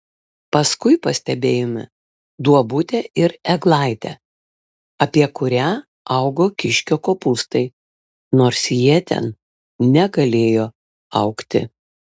paskui pastebėjome duobutę ir eglaitę apie kurią augo kiškio kopūstai nors jie ten negalėjo augti